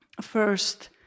first